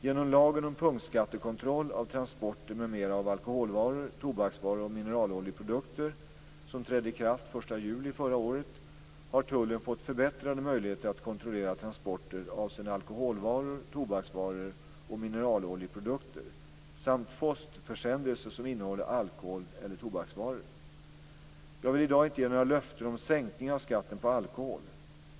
Genom lagen om punktskattekontroll av transporter m.m. av alkoholvaror, tobaksvaror och mineraloljeprodukter, som trädde i kraft den 1 juli 1998, har tullen fått förbättrade möjligheter att kontrollera transporter avseende alkoholvaror, tobaksvaror och mineraloljeprodukter samt postförsändelser som innehåller alkohol eller tobaksvaror. Jag vill inte i dag ge några löften om sänkningar av skatten på alkohol.